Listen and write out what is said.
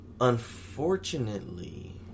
Unfortunately